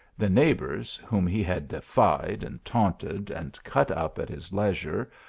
the neigh bours, whom he had defied and taunted, and cut up at his leisure,